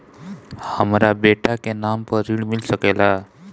हमरा बेटा के नाम पर ऋण मिल सकेला?